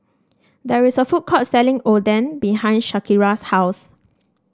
there is a food court selling Oden behind Shaniqua's house